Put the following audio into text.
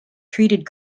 treated